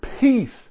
peace